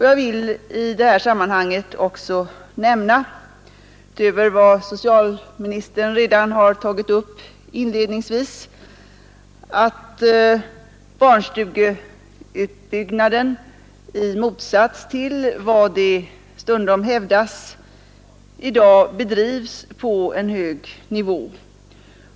Jag vill i detta sammanhang också nämna, utöver vad socialministern inledningsvis tog upp, att barnstugeutbyggnaden i motsats till vad som stundom hävdas i dag bedrivs på en hög nivå.